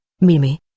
Mimi